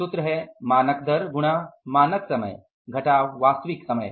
सूत्र है मानक दर गुणा मानक समय घटाव वास्तविक समय